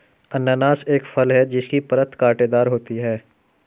अनन्नास एक फल है जिसकी परत कांटेदार होती है